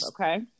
Okay